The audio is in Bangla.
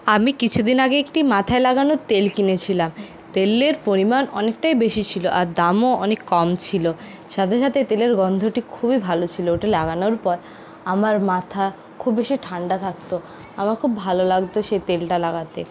আমি কিছু দিন আগে একটি মাথায় লাগানোর তেল কিনেছিলাম তেলের পরিমাণ অনেকটাই বেশি ছিল আর দামও অনেক কম ছিল সাথে সাথে তেলের গন্ধটি খুবই ভালো ছিল ওটি লাগানোর পর আমার মাথা খুব বেশি ঠান্ডা থাকতো আমার খুব ভালো লাগতো সেই তেলটা লাগাতে